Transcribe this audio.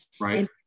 Right